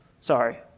sorry